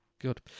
good